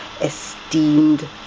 esteemed